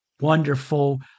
wonderful